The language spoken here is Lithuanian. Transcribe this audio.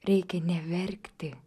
reikia ne verkti